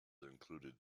included